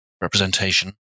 representation